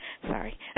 Sorry